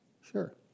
Sure